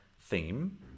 Theme